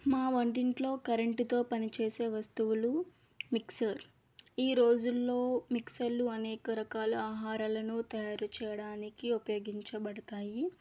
మా వంటింట్లో కరెంటుతో పని చేసే వస్తువులు మిక్సర్ ఈరోజుల్లో మిక్సర్లు అనేక రకాల ఆహారాలను తయారు చేయడానికి ఉపయోగించబడతాయి